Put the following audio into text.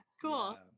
Cool